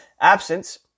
absence